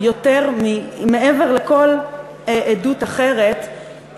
מעבר לכל עדות אחרת,